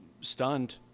stunned